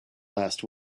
last